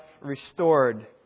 Restored